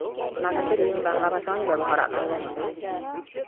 ᱚᱱᱟ ᱠᱷᱟᱹᱛᱤᱨ ᱤᱧ ᱵᱟᱝᱞᱟ ᱵᱷᱟᱥᱟ ᱦᱚᱸᱧ ᱵᱮᱵᱚᱦᱟᱨᱟᱜ ᱠᱟᱱ ᱜᱮᱭᱟ ᱱᱚᱸᱰᱮ